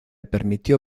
permitió